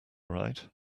right